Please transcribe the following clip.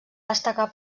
destacar